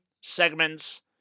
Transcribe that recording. segments